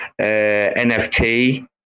nft